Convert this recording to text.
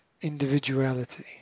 individuality